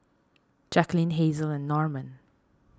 Jaqueline Hazelle and Norman